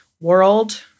world